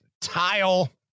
tile